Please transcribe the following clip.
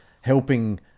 helping